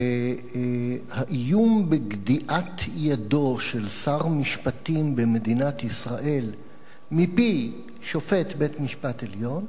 שהאיום בגדיעת ידו של שר משפטים במדינת ישראל מפי שופט בית-משפט עליון